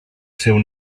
seu